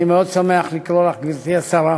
אני מאוד שמח לקרוא לך "גברתי השרה".